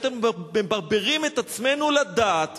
מברברים את עצמנו לדעת